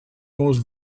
most